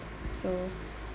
so